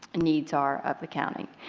needs are of the county.